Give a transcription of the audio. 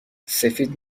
سفید